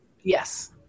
Yes